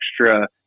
extra